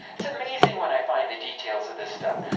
it is amazing when i find the details of this stuff.